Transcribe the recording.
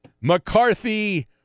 McCarthy